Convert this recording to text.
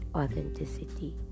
authenticity